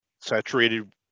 saturated